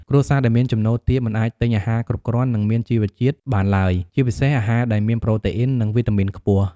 គ្រួសារដែលមានចំណូលទាបមិនអាចទិញអាហារគ្រប់គ្រាន់ និងមានជីវជាតិបានឡើយ ជាពិសេសអាហារដែលមានប្រូតេអ៊ីន និងវីតាមីនខ្ពស់។